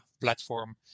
platform